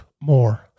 more